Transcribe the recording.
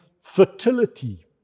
fertility